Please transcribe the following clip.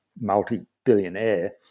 multi-billionaire